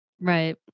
Right